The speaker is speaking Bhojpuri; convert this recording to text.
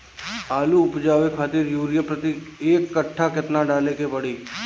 आलू उपजावे खातिर यूरिया प्रति एक कट्ठा केतना डाले के पड़ी?